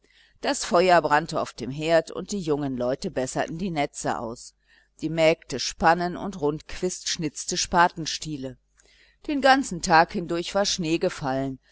das feuer brannte auf dem herd und die jungen leute besserten die netze aus die mägde spannen und rundquist schnitzte spatenstiele den ganzen tag hindurch war schnee gefallen